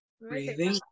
breathing